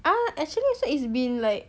ah actually also it's been like